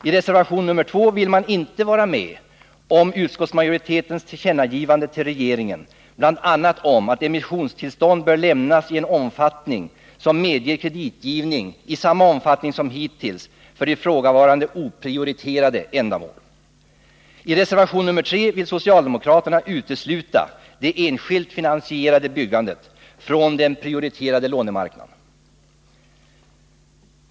I reservation nr 2 vill man inte vara med om utskottsmajoritetens tillkännagivande till regeringen bl.a. om att emissionstillstånd bör lämnas i en omfattning som medger kreditgivning i samma omfattning som hittills för ifrågavarande oprioriterade ändamål. I reservation nr 3 vill socialdemokraterna utesluta det enskilt finansierade byggandet från den prioriterade lånemarknaden.